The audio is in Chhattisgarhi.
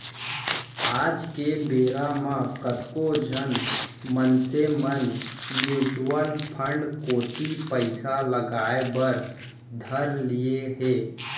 आज के बेरा म कतको झन मनसे मन म्युचुअल फंड कोती पइसा लगाय बर धर लिये हें